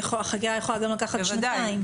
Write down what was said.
החקירה יכולה לקחת גם שנתיים.